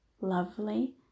lovely